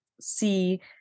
see